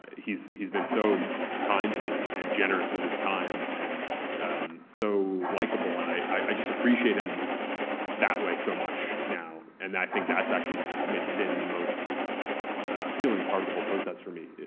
he's he's been so kind to me and and generous with his time, and so likable and i just appreciate him that way so much now. and i think that's actually been the most appealing part of the whole process for me.